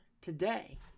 today